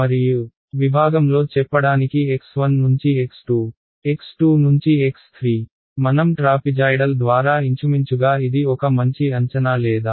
మరియు విభాగంలో చెప్పడానికి x1 నుంచి x2 x2 నుంచి x3 మనం ట్రాపిజాయ్డల్ ద్వారా ఇంచుమించుగా ఇది ఒక మంచి అంచనా లేదా